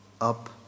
up